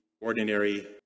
ordinary